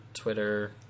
Twitter